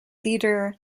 theatre